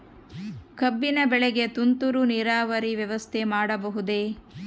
ಕಬ್ಬಿನ ಬೆಳೆಗೆ ತುಂತುರು ನೇರಾವರಿ ವ್ಯವಸ್ಥೆ ಮಾಡಬಹುದೇ?